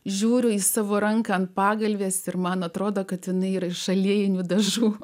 žiūriu į savo ranką ant pagalvės ir man atrodo kad jinai yra iš aliejinių dažų